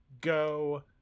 go